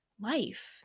life